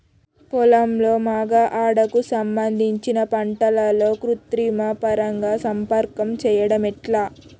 పొలంలో మగ ఆడ కు సంబంధించిన పంటలలో కృత్రిమ పరంగా సంపర్కం చెయ్యడం ఎట్ల?